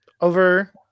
over